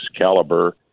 caliber